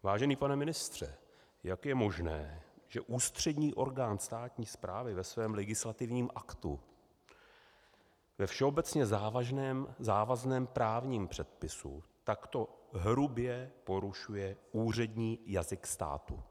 Vážený pane ministře, jak je možné, že ústřední orgán státní správy ve svém legislativním aktu ve všeobecně závazném právním předpisu, takto hrubě porušuje úřední jazyk státu?